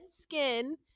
skin